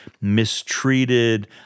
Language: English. mistreated